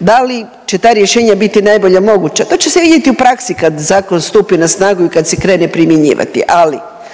Da li će ta rješenja biti najbolja moguća to će se vidjeti u praksi kad zakon stupi na snagu i kad se krene primjenjivati. Ali